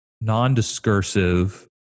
non-discursive